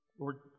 Lord